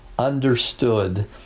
understood